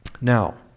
Now